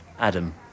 Adam